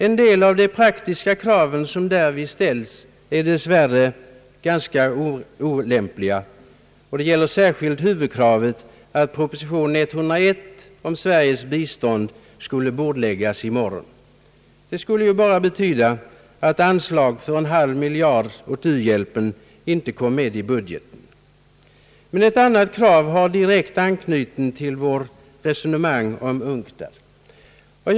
En del av de praktiska krav som därvid ställs är dess värre ganska olämpliga, och det gäller särskilt huvudkravet att proposition 101 om Sveriges bistånd i morgon skulle bordläggas. Det skulle bara betyda att anslag för en halv miljard åt u-hjälpen inte kom med i budgeten. Ett annat krav har direkt anknytning till vår debatt om UNCTAD.